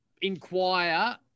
inquire